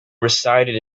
recited